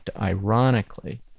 ironically